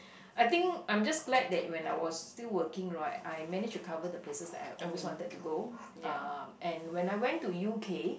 I think I'm just glad that when I was still working right I manage to cover the places that I have always wanted to go uh and when I went to U_K